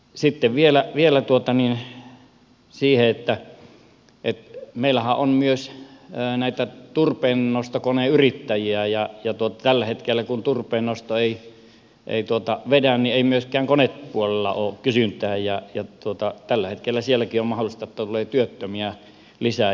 sitten vielä on se että meillähän on myös näitä turpeennostokoneyrittäjiä ja tällä hetkellä kun turpeen nosto ei vedä niin ei myöskään konepuolella ole kysyntää ja tällä hetkellä sielläkin on mahdollista että tulee työttömiä lisää